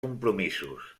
compromisos